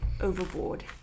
overboard